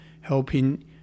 helping